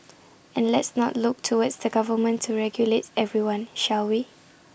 and let's not look towards the government to regulate everyone shall we